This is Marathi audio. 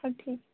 ठीक